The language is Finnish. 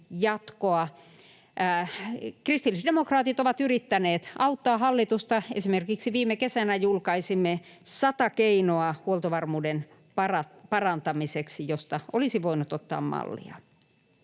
Kristillisdemokraatit ovat yrittäneet auttaa hallitusta. Esimerkiksi viime kesänä julkaisimme sata keinoa huoltovarmuuden parantamiseksi, ja siitä olisi voinut ottaa mallia.